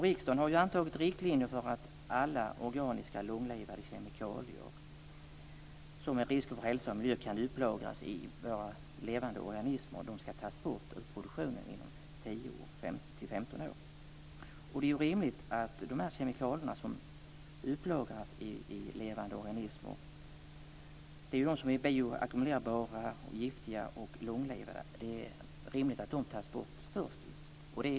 Riksdagen har antagit riktlinjer för att alla organiska långlivade kemikalier som utgör risk för hälsa och miljö och kan upplagras i levande organismer skall tas bort ur produktionen inom 10-15 år. Det är rimligt att de kemikalier som upplagras i levande organismer - det är sådana som är bioackumulerbara, giftiga och långlivade - tas bort först.